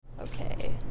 Okay